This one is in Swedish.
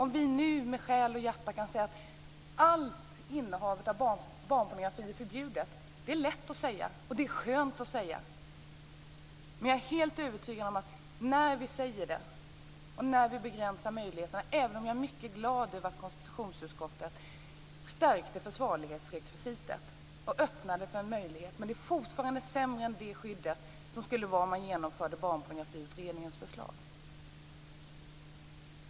Det är lätt och skönt att säga att allt innehav av barnpornografi skall vara förbjudet, men jag är helt övertygad om att detta begränsar möjligheterna. Jag är mycket glad över att konstitutionsutskottet stärkte försvarlighetsrekvisitet, men det är fortfarande fråga om ett sämre skydd än vad ett genomförande av Barnpornografiutredningens förslag skulle ge.